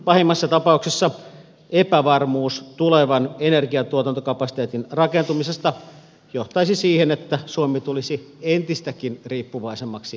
pahimmassa tapauksessa epävarmuus tulevan energiantuotantokapasiteetin rakentumisesta johtaisi siihen että suomi tulisi entistäkin riippuvaisemmaksi tuontisähköstä